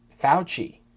Fauci